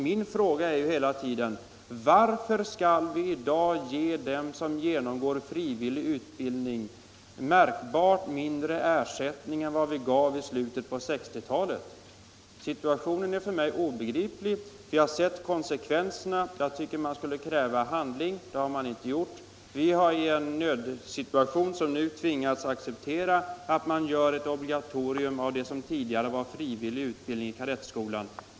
Min fråga är: Varför skall vi i dag ge den som genomgår frivillig utbildning märkbart lägre ersättning än vad vi gav i slutet på 1960-talet? Detta är för mig obegripligt. Vi har sett konsekvenserna. Jag tycker att man skulle kräva handling, men det har inte hänt något. Vi har nu i en nödsituation tvingats acceptera att man gör ett obligatorium av det som tidigare var frivillig utbildning i kadettskolan.